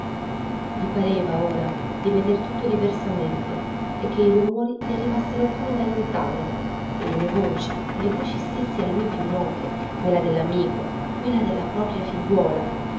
gli pareva ora di veder tutto diversamente e che i rumori gli arrivassero come di lontano e le voci le voci stesse a lui più note quella dell'amico quella della propria figliuola